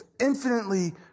infinitely